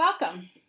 welcome